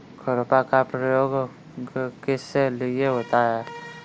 खुरपा का प्रयोग किस लिए होता है?